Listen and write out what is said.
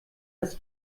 das